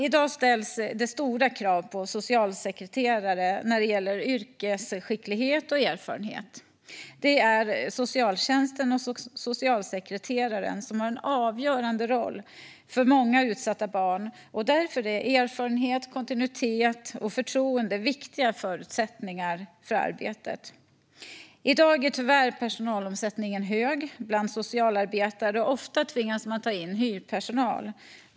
I dag ställs det stora krav på socialsekreterare när det gäller yrkesskicklighet och erfarenhet. Det är socialtjänsten och socialsekreteraren som har en avgörande roll för många utsatta barn, och därför är erfarenhet, kontinuitet och förtroende viktiga förutsättningar för arbetet. I dag är personalomsättningen bland socialarbetare tyvärr hög, och ofta tvingas man ta in hyrpersonal.